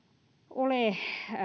ole